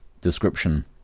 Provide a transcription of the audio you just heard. description